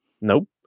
nope